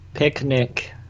Picnic